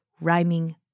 rhyming